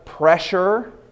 Pressure